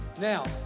Now